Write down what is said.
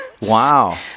Wow